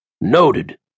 Noted